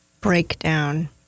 breakdown